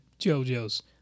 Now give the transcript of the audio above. JoJo's